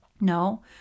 No